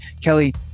Kelly